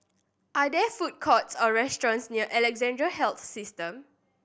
are there food courts or restaurants near Alexandra Health System